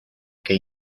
que